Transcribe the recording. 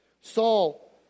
Saul